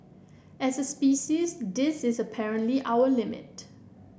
as a species this is apparently our limit